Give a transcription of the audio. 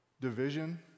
division